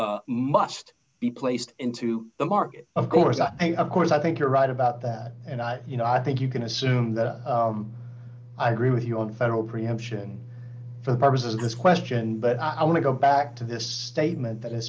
are must be placed into the market of course of course i think you're right about that and i you know i think you can assume that i agree with you on federal preemption for the purposes of this question but i want to go back to this statement that is